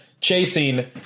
chasing